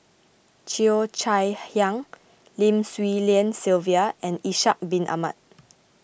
Cheo Chai Hiang Lim Swee Lian Sylvia and Ishak Bin Ahmad